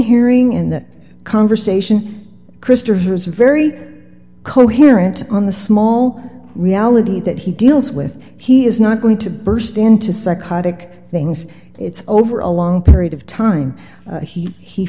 hearing in that conversation christopher was very coherent on the small reality that he deals with he is not going to burst into psychotic things it's over a long period of time he he